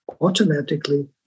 automatically